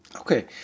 Okay